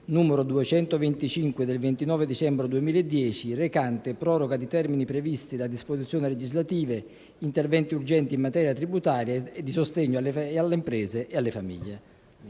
decreto-legge 29 dicembre 2010, n. 225, recante proroga di termini previsti da disposizioni legislative e di interventi urgenti in materia tributaria e di sostegno alle imprese e alle famiglie.